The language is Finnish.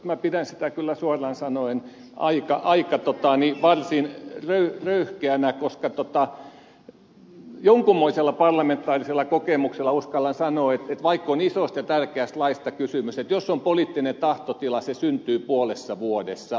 minä pidän sitä kyllä suoraan sanoen varsin röyhkeänä koska jonkunmoisella parlamentaarisella kokemuksella uskallan sanoa että vaikka on isosta ja tärkeästä laista kysymys jos on poliittinen tahtotila se syntyy puolessa vuodessa